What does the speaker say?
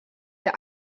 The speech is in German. der